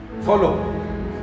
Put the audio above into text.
Follow